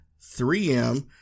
3M